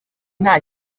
nta